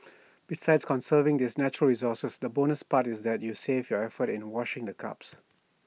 besides conserving this natural resource the bonus part is that you save your effort in washing the cups